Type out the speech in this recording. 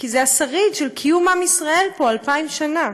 כי זה השריד של קיום עם ישראל פה, אלפיים שנה,